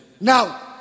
now